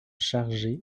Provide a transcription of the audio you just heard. chargées